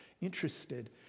interested